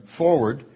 forward